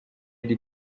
eddy